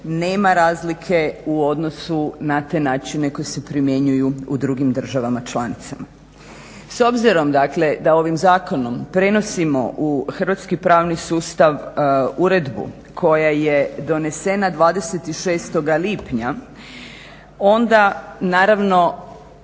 nema razlike u odnosu na te načine koji se primjenjuju u drugim državama članicama. S obzirom dakle da ovim zakonom prenosimo u hrvatski pravni sustav uredbu koja je donesena 26. lipnja, onda naravno